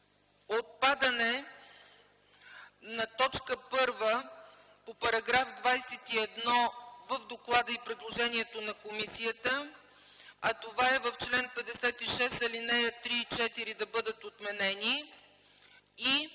отпадане на т. 1 по § 21 в доклада и предложението на комисията, а това е чл. 56, ал. 3 и 4 да бъдат отменени, и